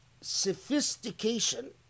sophistication